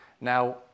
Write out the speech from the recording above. Now